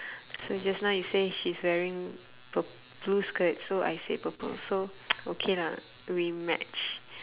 so just now you say she's wearing pur~ blue skirt so I say purple so okay lah do we match